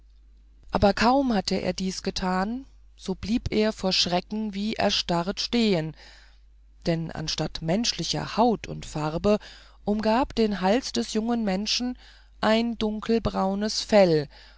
aber kaum hatte er dies getan so blieb er vor schrecken wie erstarrt stehen denn statt menschlicher haut und farbe umgab den hals des jungen menschen ein dunkelbraunes fell